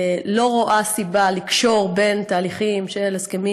לא רואה סיבה לקשור בין תהליכים של הסכמים